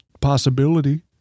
Possibility